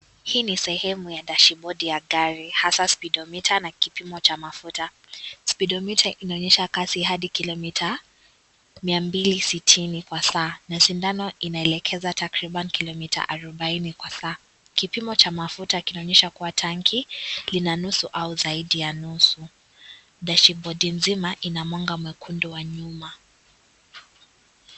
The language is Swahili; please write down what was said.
Hii ni sehemu cha dashibodi ya gari hasa (CS)speedometer(CS)na kipimo cha mafuta, (CS)speedometer(CS )inaoyesha kasi hari kilomita 260 kwa Saa na sindano inaeleza takriban kilomita 40 kwa saa. Kipimo cha mafuta kinaonyesha kuwa tangi ina nusu au zaidi ya nusu. Dashibodi mzima ina mwanga mekundu wa nyuma.